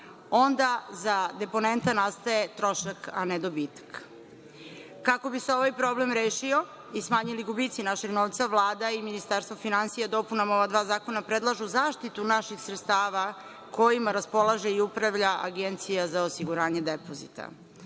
onda za deponenta nastaje trošak, a ne dobitak. Kako bi se ovaj problem rešio i smanjili gubici našeg novca, Vlada i Ministarstvo finansija, dopunama ova dva zakona predlažu zaštitu naših sredstava kojima raspolaže i upravlja Agencija za osiguranje depozita.Zaštita